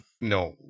No